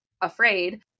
afraid